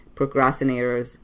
procrastinators